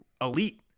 elite